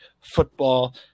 football